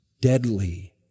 deadly